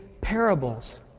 parables